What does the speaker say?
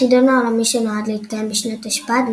החידון העולמי שנועד להתקיים בשנת תשפ"ד,